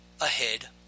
ahead